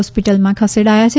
હોસ્પિટલમાં ખસેડાયા છે